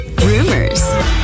rumors